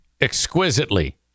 exquisitely